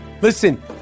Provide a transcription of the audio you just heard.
listen